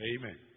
Amen